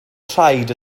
traed